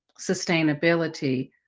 sustainability